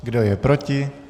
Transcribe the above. Kdo je proti?